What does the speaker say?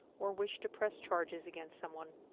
or wish to press charges against someone.